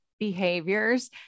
behaviors